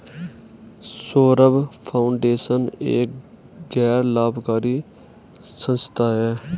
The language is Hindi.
सौरभ फाउंडेशन एक गैर लाभकारी संस्था है